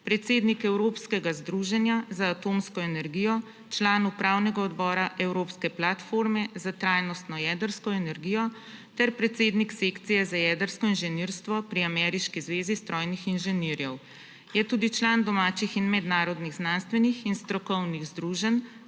predsednik Evropskega združenja za atomsko energijo, član upravnega odbora Evropske platforme za trajnostno jedrsko energijo ter predsednik sekcije za jedrsko inženirstvo pri ameriški zvezi strojnih inženirjev. Je tudi član domačih in mednarodnih znanstvenih in strokovnih združenj,